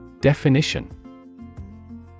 Definition